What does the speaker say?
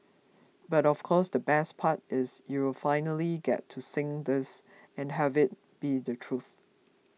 but of course the best part is you'll finally get to sing this and have it be the truth